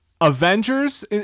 Avengers